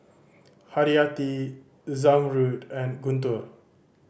Haryati Zamrud and Guntur